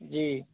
जी